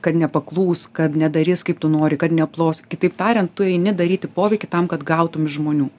kad nepaklūs kad nedarys kaip tu nori kad neplos kitaip tariant tu eini daryti poveikį tam kad gautum iš žmonių